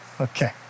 Okay